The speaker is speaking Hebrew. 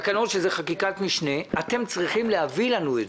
תקנות שהן חקיקת משנה אתם צריכים להביא לנו.